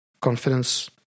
confidence